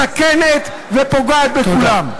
מסכנת ופוגעת בכולם.